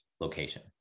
location